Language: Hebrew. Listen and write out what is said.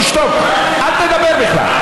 תשתוק, אל תדבר בכלל.